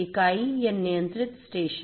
इकाई या नियंत्रित स्टेशन